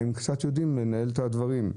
אם קצת יודעים לנהל את הדברים.